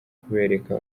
kubereka